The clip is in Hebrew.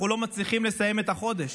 אנחנו לא מצליחים לסיים את החודש,